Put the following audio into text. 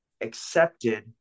accepted